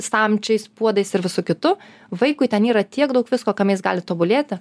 samčiais puodais ir visu kitu vaikui ten yra tiek daug visko kame jis gali tobulėti